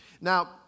Now